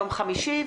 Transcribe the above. יום חמישי,